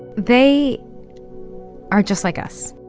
they are just like us.